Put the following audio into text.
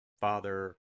Father